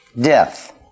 death